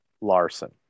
Larson